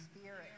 spirit